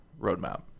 roadmap